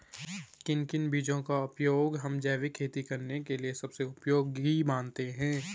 किन किन बीजों का उपयोग हम जैविक खेती करने के लिए सबसे उपयोगी मानते हैं?